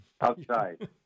outside